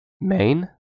Maine